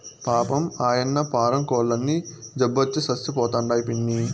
పాపం, ఆయన్న పారం కోల్లన్నీ జబ్బొచ్చి సచ్చిపోతండాయి పిన్నీ